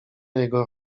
jego